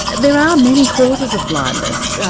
there are many causes of blindness,